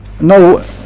no